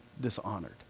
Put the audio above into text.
dishonored